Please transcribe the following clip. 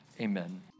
Amen